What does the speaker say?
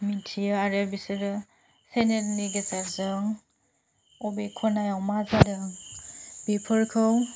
मिथियो आरो बिसोरो चेनेलनि गेजेरजों अबे खनायाव मा जादों बेफोरखौ